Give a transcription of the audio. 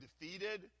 defeated